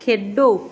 ਖੇਡੋ